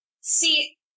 See